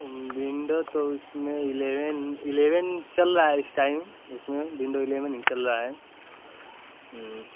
window तो उसमें eleven eleven चल रहा है इस टाइम उसमे बिंडो इलेवन चल रहा है